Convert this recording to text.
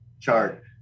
chart